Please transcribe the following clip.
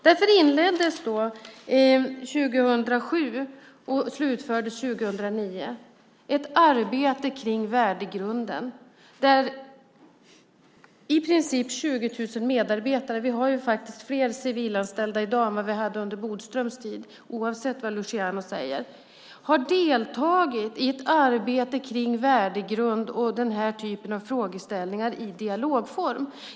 Därför inleddes 2007 och slutfördes 2009 ett arbete om värdegrunden. Där har i princip 20 000 medarbetare - vi har faktiskt fler civilanställda i dag än vad vi hade under Bodströms tid, oavsett vad Luciano säger - deltagit i ett arbete kring värdegrund och den här typen av frågeställningar i dialogform.